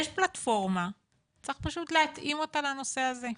יש פלטפורמה, צריך פשוט להתאים אותה לנושא הזה.